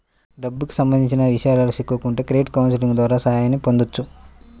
డబ్బుకి సంబంధించిన విషయాల్లో చిక్కుకుంటే క్రెడిట్ కౌన్సిలింగ్ ద్వారా సాయాన్ని పొందొచ్చు